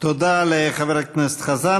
תודה לחבר הכנסת חזן.